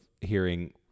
hearing